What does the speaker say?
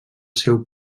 seu